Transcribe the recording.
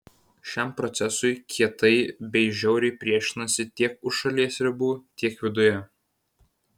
šiam procesui kietai bei žiauriai priešinasi tiek už šalies ribų tiek viduje